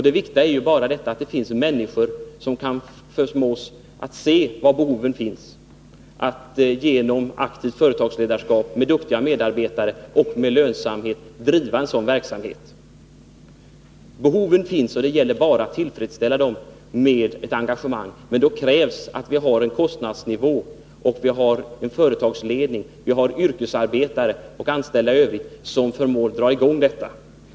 Det viktiga är att det finns människor som kan förmås att se var behoven finns och att genom aktivt företagsledarskap med duktiga medarbetare och med lönsamhet driva en sådan verksamhet. Behoven finns, och det gäller bara att tillfredsställa dem med ett engagemang. Då krävs det att vi har rimlig kostnadsnivå, företagsledning, yrkesarbetare och anställda i övrigt som förmår dra i gång detta.